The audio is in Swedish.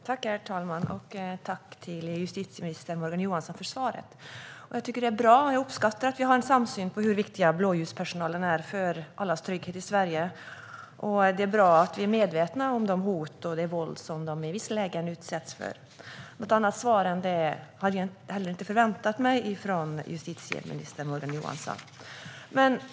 Herr talman! Tack, justitieminister Morgan Johansson, för svaret! Jag tycker att det är bra, och jag uppskattar att vi har en samsyn kring hur viktig blåljuspersonal är för allas trygghet i Sverige. Det är bra att vi är medvetna om de hot och det våld som de i vissa lägen utsätts för. Något annat svar än det hade jag heller inte väntat mig från justitieminister Morgan Johansson.